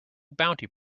bounty